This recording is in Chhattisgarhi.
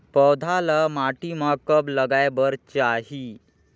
पौधा ल माटी म कब लगाए बर चाही?